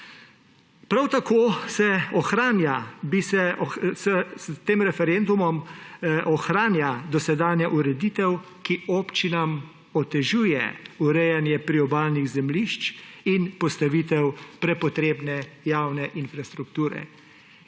Prav tako se s tem referendumom ohranja dosedanja ureditev, ki občinam otežuje urejanje priobalnih zemljišč in postavitev prepotrebne javne infrastrukture.